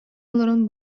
олорон